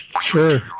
Sure